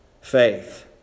faith